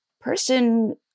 person